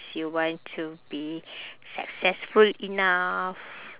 you want to be successful enough